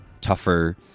tougher